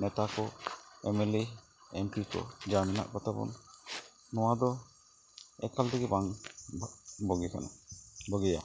ᱱᱮᱛᱟ ᱠᱚ MLA MP ᱠᱚ ᱡᱟᱦᱟᱸᱭ ᱢᱮᱱᱟᱜ ᱠᱚᱛᱟᱵᱚᱱ ᱱᱚᱣᱟᱫᱚ ᱮᱠᱟᱞ ᱛᱮᱜᱮ ᱵᱟᱝ ᱵᱳᱜᱮ ᱠᱟᱱᱟ ᱵᱩᱜᱤᱭᱟ